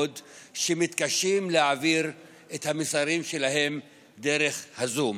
שמתקשים להעביר את המסרים שלהם דרך הזום.